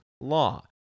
law